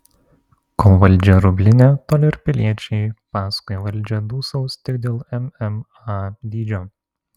kol valdžia rublinė tol ir piliečiai paskui valdžią dūsaus tik dėl mma dydžio